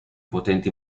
potenti